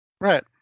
Right